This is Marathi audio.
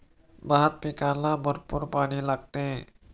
भात पिकाला भरपूर पाणी लागते